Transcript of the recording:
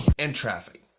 and traffic.